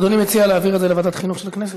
אדוני מציע להעביר את זה לוועדת החינוך של הכנסת?